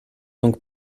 donc